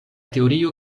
teorio